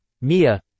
MIA